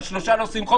על שלושה לא עושים חוק.